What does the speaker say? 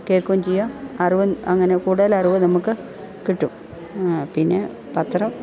കേൾക്കുകയും ചെയ്യാം അറിവും അങ്ങനെ കൂടുതൽ അറിവ് നമുക്ക് കിട്ടും പിന്നെ പത്രം